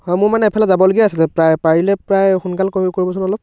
হয় মোৰ মানে এফালে যাবলগীয়া আছিলে প্ৰায় পাৰিলে প্ৰায় সোনকাল কৰিবচোন অলপ